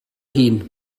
hun